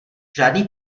žádný